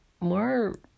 more